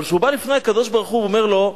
אבל כשהוא בא לפני הקדוש-ברוך-הוא, הוא אומר לו: